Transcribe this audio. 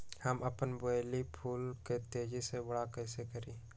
हम अपन बेली फुल के तेज़ी से बरा कईसे करी?